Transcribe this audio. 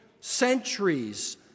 Centuries